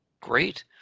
Great